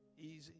easy